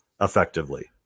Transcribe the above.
effectively